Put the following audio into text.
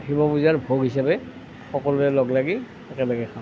শিৱ পূজাৰ ভোগ হিচাপে সকলোৱে লগ লাগি একেলগে খাওঁ